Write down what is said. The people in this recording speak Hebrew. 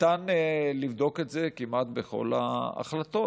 ניתן לבדוק את זה כמעט בכל ההחלטות,